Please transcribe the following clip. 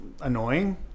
annoying